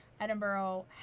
Edinburgh